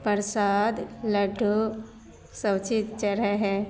परसाद लड्डू सबचीज चढ़ै हइ